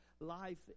life